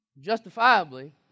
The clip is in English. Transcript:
justifiably